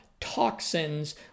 toxins